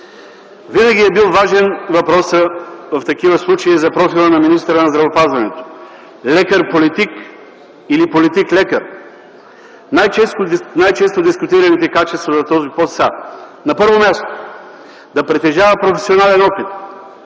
винаги е бил важен въпросът за профила на министъра на здравеопазването – лекар политик или политик лекар. Най-често дискутираните качества за този пост са: на първо място, да притежава професионален опит,